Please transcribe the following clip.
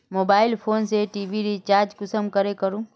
Mobile phone से TV recharge कुंसम करे करूम?